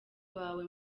wawe